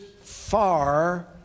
far